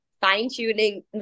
fine-tuning